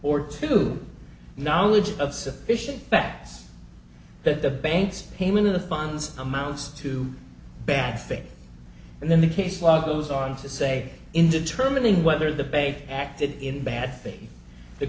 or to knowledge of sufficient facts but the banks payment of the funds amounts to bad faith and then the case law goes on to say in determining whether the bank acted in bad faith the